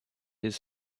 his